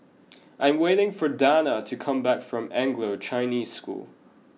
I am waiting for Dana to come back from Anglo Chinese School